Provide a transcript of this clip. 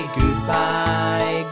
goodbye